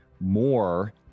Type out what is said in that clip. more